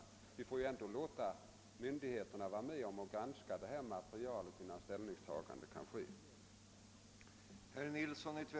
S. V.» Vi får ändå låta myndigheterna vara med och granska detta material innan något ställningstagande kan ske.